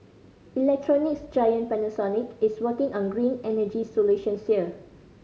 electronics giant Panasonic is working on green energy solutions here